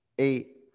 Eight